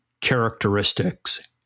characteristics